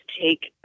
take